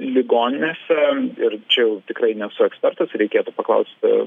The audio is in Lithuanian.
ligoninėse ir čia jau tikrai nesu ekspertas reikėtų paklausti